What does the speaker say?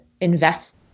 invest